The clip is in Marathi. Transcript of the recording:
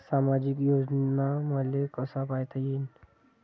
सामाजिक योजना मले कसा पायता येईन?